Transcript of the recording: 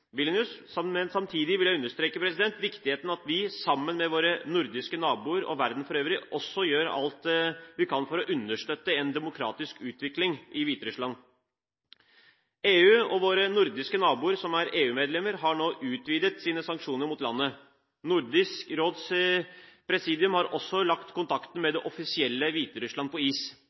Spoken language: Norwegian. Men samtidig vil jeg understreke viktigheten av at vi, sammen med våre nordiske naboer og verden for øvrig, også gjør alt vi kan for å understøtte en demokratisk utvikling i Hviterussland. EU – og våre nordiske naboer som er EU-medlemmer – har nå utvidet sine sanksjoner mot landet. Nordisk Råds presidium har også lagt kontakten med det offisielle Hviterussland på is